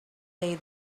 day